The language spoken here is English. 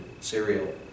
cereal